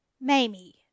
Mamie